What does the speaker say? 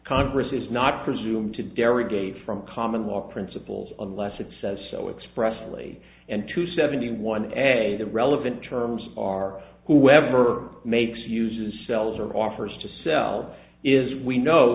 congress is not presume to derry gave from common law principles unless it says so expressly and to seventy one a the relevant terms are whoever makes uses cells or offers to sell is we know